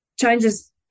changes